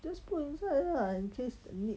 just put inside lah and just neat